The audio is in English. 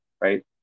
right